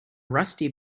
rusty